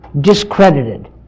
discredited